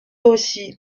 aussi